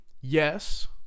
Yes